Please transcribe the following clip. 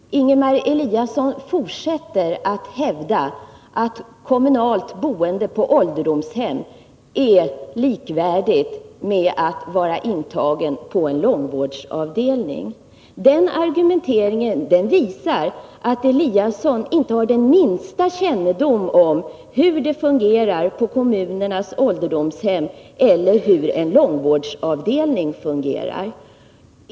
Fru talman! Ingemar Eliasson fortsätter att hävda att kommunalt boende på ålderdomshem är likvärdigt med att vara intagen på en långvårdsavdelning. Den argumenteringen visar att Ingemar Eliasson inte har den minsta kännedom om hur det fungerar på kommunernas ålderdomshem eller hur en långvårdsavdelning fungerar.